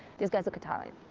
these guys look italian